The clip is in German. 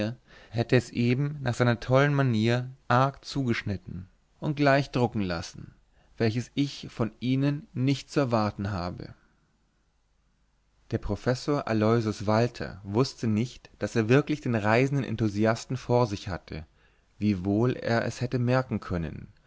hätte es eben nach seiner tollen manier arg zugeschnitten und gleich drucken lassen welches ich nicht von ihnen zu erwarten habe der professor aloysius walther wußte nicht daß er wirklich den reisenden enthusiasten vor sich hatte wiewohl er es hätte merken können